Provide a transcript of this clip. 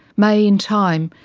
may in time,